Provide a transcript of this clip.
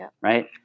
right